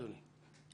אדוני.